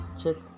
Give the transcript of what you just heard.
check